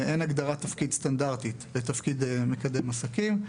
ושאין הגדרת תפקיד סטנדרטית לתפקיד מקדם עסקית.